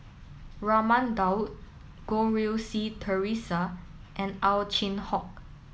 Raman Daud Goh Rui Si Theresa and Ow Chin Hock